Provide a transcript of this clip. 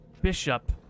bishop